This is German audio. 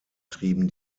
trieben